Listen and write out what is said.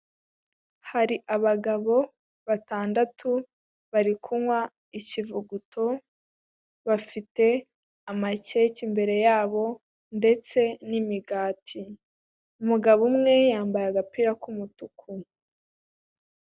Hari abagabo batandatu bari kunywa ikivuguto, bafite amakeke imbere yabo ndetse n'imigati. Umugabo umwe yambaye agapira k'umutuku.